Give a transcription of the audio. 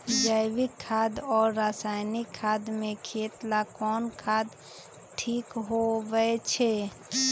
जैविक खाद और रासायनिक खाद में खेत ला कौन खाद ठीक होवैछे?